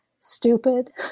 stupid